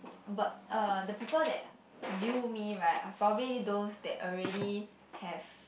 oh but uh the people that view me right are probably those that already have